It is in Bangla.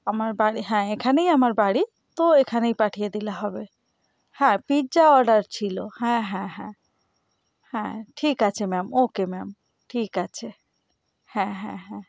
আমার বাড়ি হ্যাঁ এখানেই আমার বাড়ি তো এখানেই পাঠিয়ে দিলে হবে হ্যাঁ পিজ্জা অর্ডার ছিলো হ্যাঁ হ্যাঁ হ্যাঁ হ্যাঁ ঠিক আছে ম্যাম ওকে ম্যাম ঠিক আছে হ্যাঁ হ্যাঁ হ্যাঁ